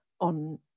on